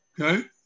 Okay